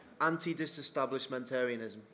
Anti-disestablishmentarianism